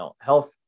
health